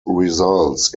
results